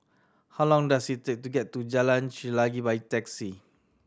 how long does it take to get to Jalan Chelagi by taxi